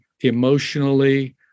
emotionally